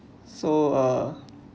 so uh